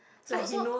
so so